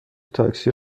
تاکسی